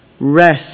rest